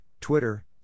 Twitter